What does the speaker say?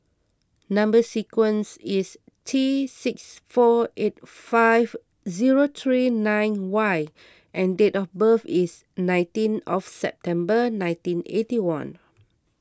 Number Sequence is T six four eight five zero three nine Y and date of birth is nineteen of September nineteen eighty one